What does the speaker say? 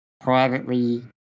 privately